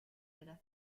della